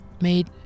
made